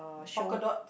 polka dot